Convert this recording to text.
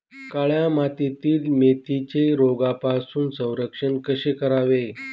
काळ्या मातीतील मेथीचे रोगापासून संरक्षण कसे करावे?